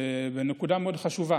זו נקודה מאוד חשובה.